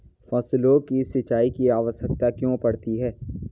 फसलों को सिंचाई की आवश्यकता क्यों पड़ती है?